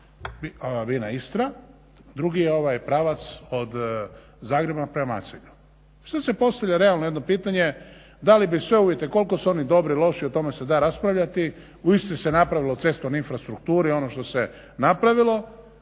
se./… Istra, drugi je ovaj pravac od Zagreba prema Macelju. Sad se postavlja realno jedno pitanje da …/Ne razumije se./… uvjete koliko su oni dobri, loši, o tome se da raspravljati, u Istri se napravilo u cestovnoj infrastrukturi ono što se napravilo